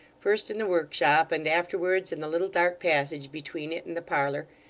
first in the workshop and afterwards in the little dark passage between it and the parlour,